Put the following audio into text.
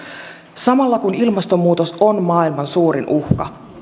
samalla kun ilmastonmuutos on maailman suurin uhka